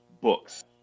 books